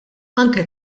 anke